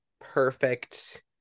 perfect